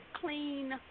clean